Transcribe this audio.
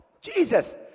Jesus